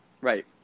Right